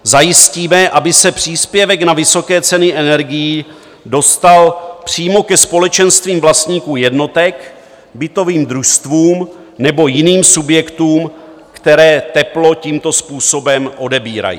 Zajistíme, aby se příspěvek na vysoké ceny energií dostal přímo ke společenstvím vlastníků jednotek, bytovým družstvům nebo jiným subjektům, které teplo tímto způsobem odebírají.